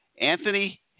Anthony